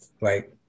Right